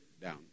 down